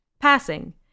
Passing